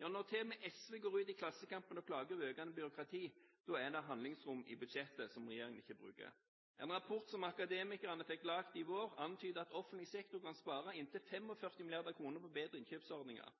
Ja, når til og med SV går ut i Klassekampen og klager over økende byråkrati, er det handlingsrom i budsjettet som regjeringen ikke bruker. En rapport som Akademikerne fikk laget i vår, antydet at offentlig sektor kan spare inntil 45 mrd. kr på bedre innkjøpsordninger.